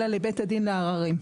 אלא לבית הדין לערערים.